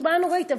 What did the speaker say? זו בעיה נוראית,